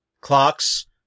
clocks